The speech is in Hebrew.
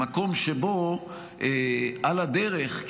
במקום שבו על הדרך,